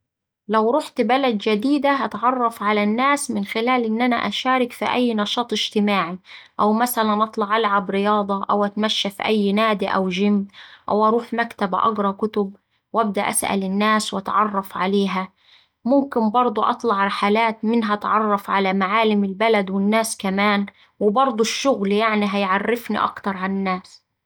لو روحت بلد جديدة هتعرف على الناس من خلال إن أنا أشارك في أي نشاط اجتماعي أو مثلا أطلع ألعب رياضة أو أتمشى في أي نادي أو جيم أو أروح مكتبة أقرا كتب وأبدأ أسأل الناس وأتعرف عليها، ممكن برده أطلع رحلات منها أتعرف على معالم البلد والناس كمان وبرده الشغل يعني هيعرفني أكتر على الناس.